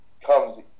comes